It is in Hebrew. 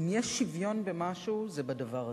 אם יש שוויון במשהו, זה בדבר הזה,